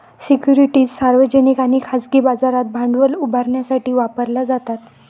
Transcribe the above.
securities सार्वजनिक आणि खाजगी बाजारात भांडवल उभारण्यासाठी वापरल्या जातात